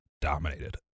dominated